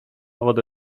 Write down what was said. wodę